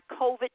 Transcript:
COVID